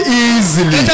easily